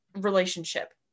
relationship